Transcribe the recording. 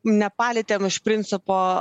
nepalietėm iš principo